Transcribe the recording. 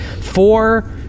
Four